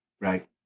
right